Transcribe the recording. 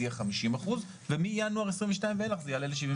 יהיה 50% ומינואר 22' ואילך זה יעלה ל-75%.